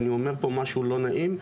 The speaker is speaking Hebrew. אני אומר פה משהו לא נעים,